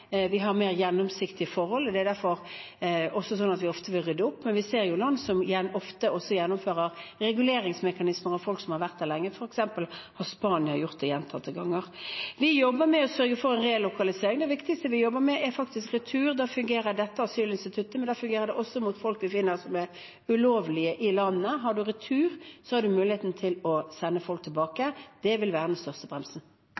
Vi har mer gjennomsiktige forhold, og det er derfor også slik at vi ofte vil rydde opp. Men vi ser land som gjennomfører reguleringsmekanismer for folk som har vært lenge, f.eks. har Spania gjort det gjentatte ganger. Vi jobber med å sørge for relokalisering. Det viktigste vi jobber med, er faktisk retur. Der fungerer dette asylinstituttet, men det fungerer også mot folk som befinner seg ulovlig i landet. Har en returavtale, har en mulighet til å sende folk